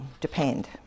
depend